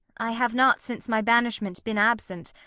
i have not since my banishment been absent,